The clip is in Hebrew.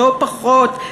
לא פחות,